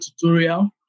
tutorial